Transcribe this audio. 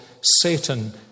Satan